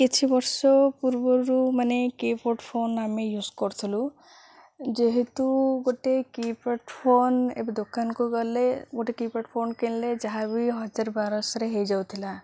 କିଛି ବର୍ଷ ପୂର୍ବରୁ ମାନେ କିପ୍ୟାଡ଼ ଫୋନ୍ ଆମେ ୟୁଜ୍ କରୁଥିଲୁ ଯେହେତୁ ଗୋଟେ କିପ୍ୟାଡ଼ ଫୋନ୍ ଏବେ ଦୋକାନକୁ ଗଲେ ଗୋଟେ କିପ୍ୟାଡ଼ ଫୋନ୍ କିଣିଲେ ଯାହା ବି ହଜାର ବାରଶହରେ ହେଇଯାଉଥିଲା